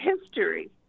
history